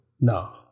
No